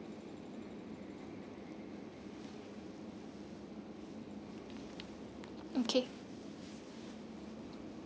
okay